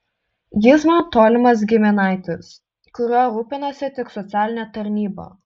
jis man tolimas giminaitis kuriuo rūpinasi tik socialinė tarnyba